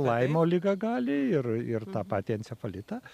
laimo ligą gali ir ir tą patį encefalitą